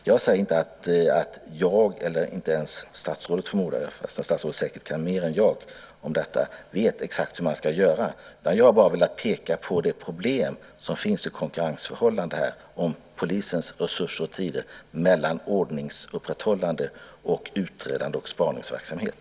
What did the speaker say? Jag säger inte att jag eller ens statsrådet, trots att statsrådet säkert kan mer än jag om detta, vet exakt hur man ska göra. Jag har bara velat peka på det problem som finns med detta konkurrensförhållande när det gäller polisens resurser och tider mellan ordningsupprätthållande och utredande och spaningsverksamhet.